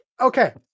okay